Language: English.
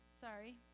sorry